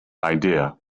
idea